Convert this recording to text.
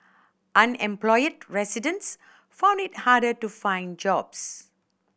unemployed residents found it harder to find jobs